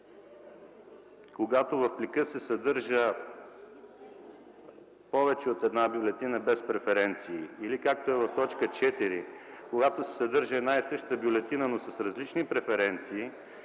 когато в плика се съдържа повече от една бюлетина без преференции или както е в т. 4, когато се съдържа една и съща бюлетина, но с различни преференции,